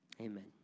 Amen